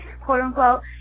quote-unquote